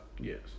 Yes